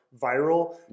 viral